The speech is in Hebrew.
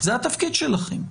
זה התפקיד שלכם.